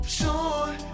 sure